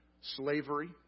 Slavery